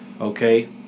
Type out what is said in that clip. okay